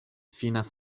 finas